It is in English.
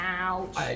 Ouch